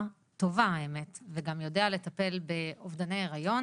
טובה האמת וגם יודע לטפל באובדני היריון.